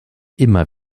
immer